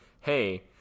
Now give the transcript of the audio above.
hey